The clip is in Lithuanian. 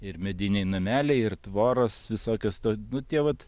ir mediniai nameliai ir tvoros visokios to nu tie vat